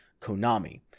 Konami